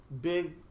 big